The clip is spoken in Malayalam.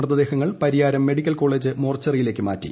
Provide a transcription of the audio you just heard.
മൃതദേഹങ്ങൾ പരിയാരം മെഡിക്കൽ കോളജ് മോർച്ചറിയിലേക്ക് മാറ്റി